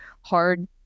hard